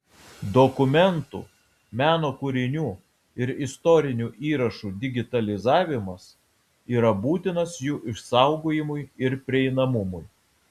dokumentų meno kūrinių ir istorinių įrašų digitalizavimas yra būtinas jų išsaugojimui ir prieinamumui